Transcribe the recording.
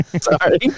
Sorry